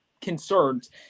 concerns